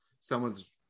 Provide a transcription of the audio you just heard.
someone's